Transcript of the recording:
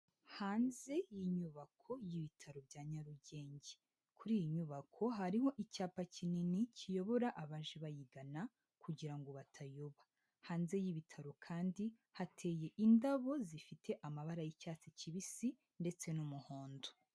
Hanze y'inyubako y'ibitaro bya Nyarugenge. Kuri iyi nyubako hariho icyapa kinini kiyobora abaje bayigana kugira ngo batayoba. Hanze y'ibitaro kandi hateye indabo zifite amabara y'icyatsi kibisi ndetse n'umuhondo.